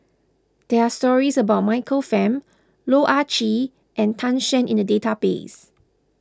there are stories about Michael Fam Loh Ah Chee and Tan Shen in the database